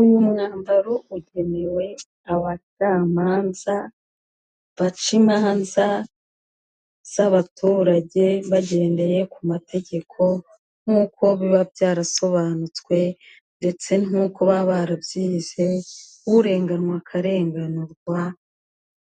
Uyu mwambaro ugenewe abacamanza baca imanza z'abaturage bagendeye ku mategeko nk'uko biba byarasobanutswe ndetse nuko baba barabyize urenganywa akarenganurwa